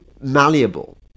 malleable